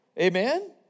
Amen